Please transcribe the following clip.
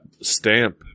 stamp